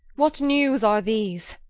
what newes are these?